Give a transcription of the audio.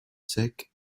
sec